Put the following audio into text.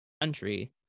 country